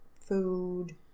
food